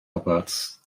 roberts